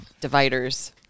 dividers